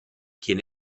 quien